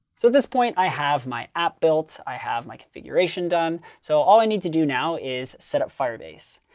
so at this point, i have my app built. i have my configuration done. so all i need to do now is set up firebase.